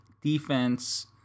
defense